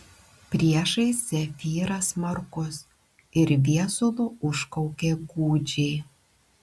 priešais zefyras smarkus ir viesulu užkaukė gūdžiai